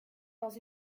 dans